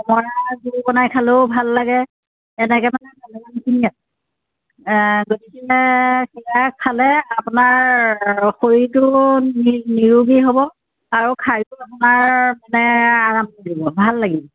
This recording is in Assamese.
অমৰা জোল বনাই খালেও ভাল লাগে এনেকৈ মানে ভালেমানখিনি আছে গতিকে সেয়া খালে আপোনাৰ শৰীৰটো নি নিৰোগী হ'ব আৰু খায়ো আপোনাৰ মানে আৰাম লাগিব ভাল লাগিব